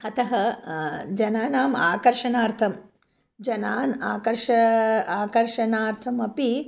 अतः जनानाम् आकर्षणार्थं जनान् आकर्ष आकर्षनार्थमपि